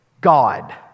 God